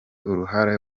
uruhara